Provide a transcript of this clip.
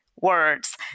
words